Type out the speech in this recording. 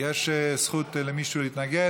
יש זכות למישהו להתנגד.